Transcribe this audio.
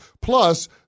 Plus